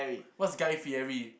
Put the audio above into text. what's guy-fieri